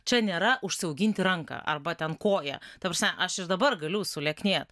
čia nėra užsiauginti ranką arba ten koją ta prasme aš ir dabar galiu sulieknėt